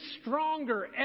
stronger